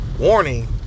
Warning